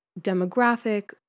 demographic